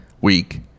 week